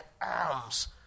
arms